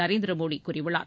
நரேந்திர மோடி கூறியுள்ளார்